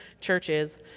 churches